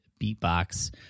beatbox